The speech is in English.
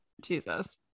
Jesus